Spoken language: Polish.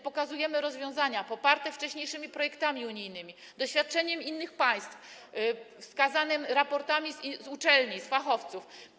Pokazujemy rozwiązania poparte wcześniejszymi projektami unijnymi, doświadczeniem innych państw, raportami uczelni, fachowców.